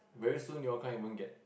very soon your kind will get